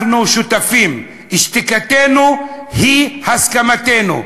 אנחנו שותפים, שתיקתנו היא הסכמתנו.